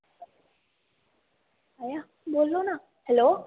बोल्लो ना हैलो